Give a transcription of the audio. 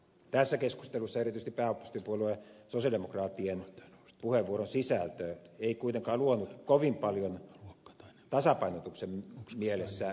tässä keskustelussa erityisesti pääoppositiopuolue sosialidemokraattien puheenvuoron sisältö ei kuitenkaan luonut kovin paljon näkymää tasapainotuksen mielessä